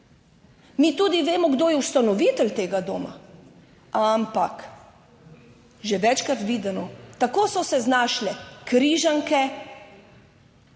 Mi tudi vemo kdo je ustanovitelj tega doma, ampak že večkrat videno, tako so se znašle Križanke.